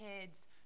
kids